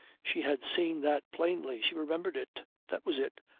she had seen that plainly. she remembered it. that was it!